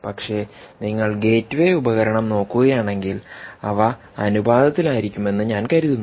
പക്ഷേ നിങ്ങൾ ഗേറ്റ്വേ ഉപകരണം നോക്കുകയാണെങ്കിൽ അവ അനുപാതത്തിലായിരിക്കുമെന്ന് ഞാൻ കരുതുന്നു